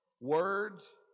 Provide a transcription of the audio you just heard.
Words